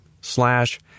slash